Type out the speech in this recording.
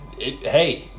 hey